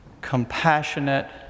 Compassionate